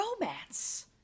romance